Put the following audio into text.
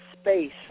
space